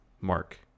Mark